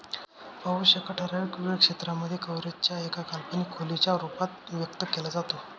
पाऊस एका ठराविक वेळ क्षेत्रांमध्ये, कव्हरेज च्या एका काल्पनिक खोलीच्या रूपात व्यक्त केला जातो